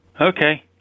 Okay